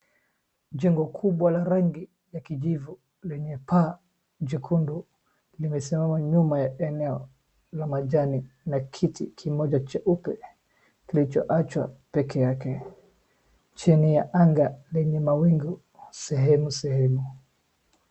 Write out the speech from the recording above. Jengo kubwa la rangi ya kijivu lenye paa jekundu limesimama nyuma ya eneo la majani na kiti kimoja cheupe kilicho achwa peke yake chini ya anga lenye mawingu sehemu sehemu.